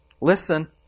listen